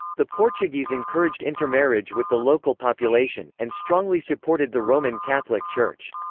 the portuguese encouraged intermarriage with the local population, and strongly supported the roman catholic church.